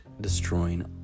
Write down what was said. destroying